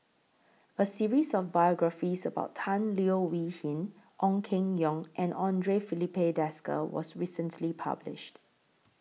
A series of biographies about Tan Leo Wee Hin Ong Keng Yong and Andre Filipe Desker was recently published